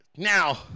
Now